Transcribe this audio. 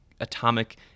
atomic